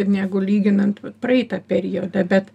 negu lyginant vat praeitą periodą bet